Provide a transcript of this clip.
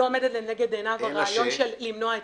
לא עומד לנגד עיניו הרעיון של למנוע את